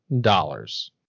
dollars